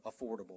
affordable